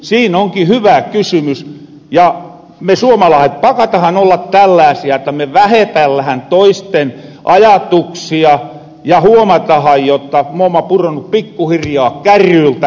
siin onkin hyvä kysymys ja me suomalaaset pakatahan olla tällaasia että me vähätellähän toisten ajatuksia ja huomatahan jotta moomma puronnu pikkuhiljaa kärryiltä